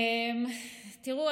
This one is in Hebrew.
תראו,